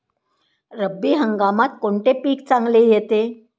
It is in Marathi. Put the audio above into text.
रब्बी हंगामात कोणते पीक चांगले येते?